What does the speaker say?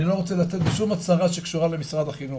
אני לא רוצה לצאת בשום הצהרה שקשורה במשרד החינוך,